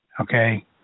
okay